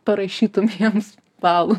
parašytum jiems balų